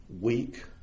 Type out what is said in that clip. weak